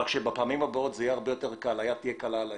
אבל בפעמים הבאות היד תהיה הרבה יותר קלה על ההדק.